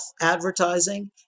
advertising